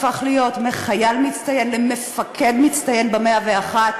הפך להיות מחייל מצטיין למפקד מצטיין ב-101.